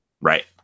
right